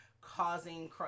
causing